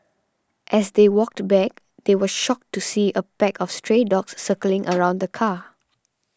as they walked back they were shocked to see a pack of stray dogs circling around the car